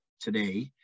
today